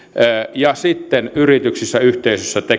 ja sitten yrityksissä ja yhteisöissä